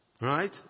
Right